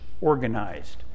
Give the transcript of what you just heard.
organized